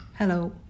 Hello